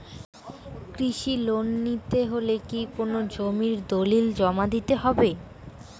কৃষি লোন নিতে হলে কি কোনো জমির দলিল জমা দিতে হবে?